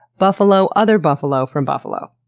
buffalo other buffalo from buffalo.